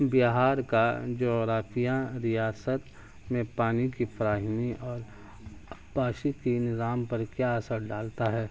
بہار کا جغرافیہ ریاست میں پانی کی فراہمی اور آبپاشی کے نظام پر کیا اثر ڈالتا ہے